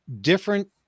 different